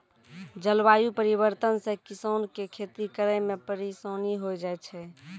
जलवायु परिवर्तन से किसान के खेती करै मे परिसानी होय जाय छै